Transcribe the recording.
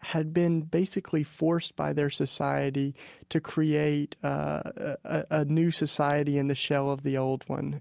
had been, basically, forced by their society to create a new society in the shell of the old one.